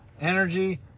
Energy